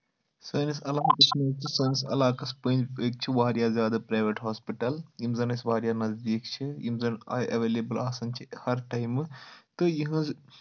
سٲنِس علاقس منٛز تہٕ سٲنِس علاقس أنٛدۍ پٔکۍ چھِ واریاہ زیادٕ پرٛیویٹ ہاسپِٹل یِم زَن اَسہِ واریاہ نزدیٖک چھِ یِم زَن آے ایٚولیبٕل آسان چھِ ہر ٹایمہٕ تہٕ یِہٕنٛز